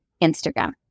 Instagram